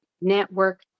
network